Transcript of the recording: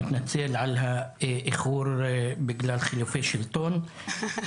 אני מתנצל על האיחור בגלל חילופי שלטון.